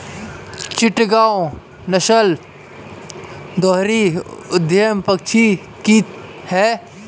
चिटगांव नस्ल दोहरी उद्देश्य पक्षी की है